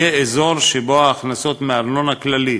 יהיה אזור שבו ההכנסות מארנונה כללית